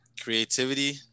Creativity